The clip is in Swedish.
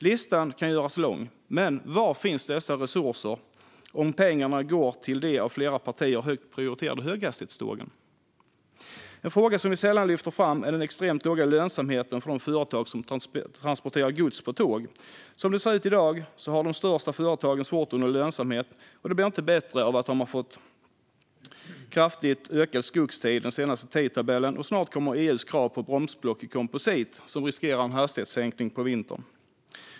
Listan kan göras lång. Men var finns resurser till detta om pengarna går till de av flera partier högt prioriterade höghastighetstågen? En fråga som vi sällan lyfter fram är den extremt låga lönsamheten för de företag som transporterar gods på tåg. Som det ser ut i dag har de största företagen svårt att nå lönsamhet. Det blir inte bättre av att de i den senaste tidtabellen har fått kraftigt ökad skogstid, och snart kommer EU:s krav på bromsblock i komposit, som riskerar att leda till en hastighetssänkning på vintern.